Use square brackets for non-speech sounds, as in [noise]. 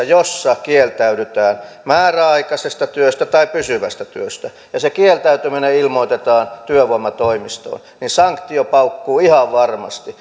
[unintelligible] jossa kieltäydytään määräaikaisesta työstä tai pysyvästä työstä ja se kieltäytyminen ilmoitetaan työvoimatoimistoon sanktio paukkuu ihan varmasti [unintelligible]